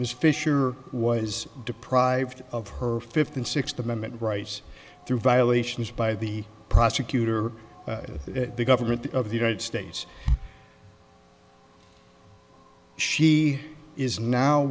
ms fisher was deprived of her fifth and sixth amendment rights through violations by the prosecutor the government of the united states she is now